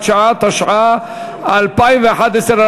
בריא, התשע"ג 2013,